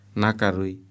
nakarui